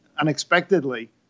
unexpectedly